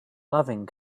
loving